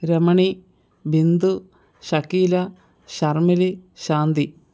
Ramani Bindu Shakeela Sharmili Shanti